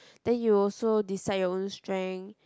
then you also decide your own strength